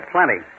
Plenty